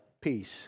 peace